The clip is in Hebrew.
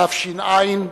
התש"ע,